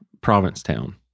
Provincetown